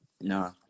No